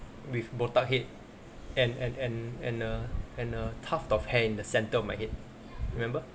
with botak head and and and and err and a tuft of hair in the center of my head remember